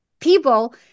people